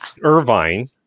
Irvine